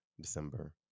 December